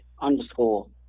underscore